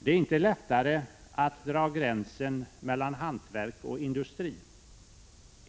Det är inte lättare att dra gränsen mellan hantverk och industri.